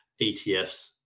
ETFs